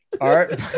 Art